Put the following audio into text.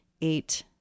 eight